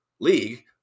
league